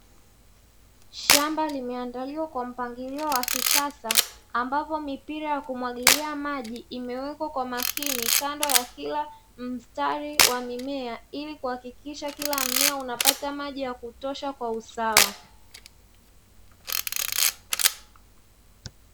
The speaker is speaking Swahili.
Shamba limeandaliwa kwa mpangilio wa kisasa ambapo mipira ya kumwagilia maji imewekwa kwa makini kando ya kila mstari wa mimea ili kuhakikisha kila mmea unapata maji ya kutosha kwa usawa.